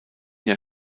jahr